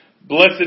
Blessed